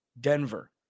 Denver